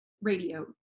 radio